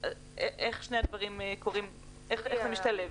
איך שני הדברים קורים ואיך זה משתלב?